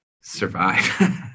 survive